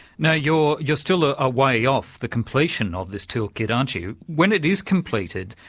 now you're you're still a ah way off the completion of this toolkit aren't you? when it is completed,